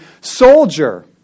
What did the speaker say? soldier